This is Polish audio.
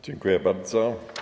Dziękuję bardzo.